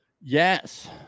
Yes